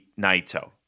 Naito